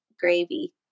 gravy